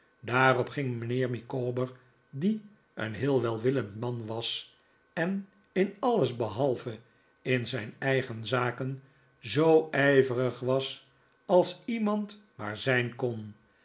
daarop ging mijnheer micaw ber die een heel welwillend man was en in alles behalve in zijn eigen zaken zoo ijvejig was als iemand maar zijn kon